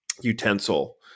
utensil